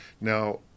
Now